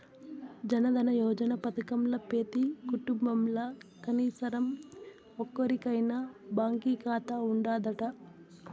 జనదన యోజన పదకంల పెతీ కుటుంబంల కనీసరం ఒక్కోరికైనా బాంకీ కాతా ఉండాదట